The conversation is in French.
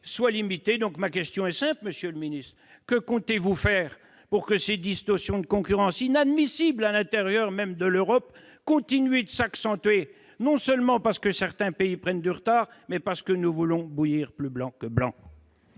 ! Ma question est simple : que comptez-vous faire pour que ces distorsions de concurrence, inadmissibles à l'intérieur même de l'Europe, cessent de s'accentuer, non seulement parce que certains pays prennent du retard, mais aussi parce que nous voulons bouillir plus blanc que blanc !